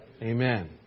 Amen